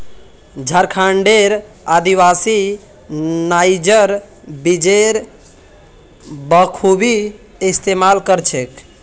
झारखंडेर आदिवासी नाइजर बीजेर बखूबी इस्तमाल कर छेक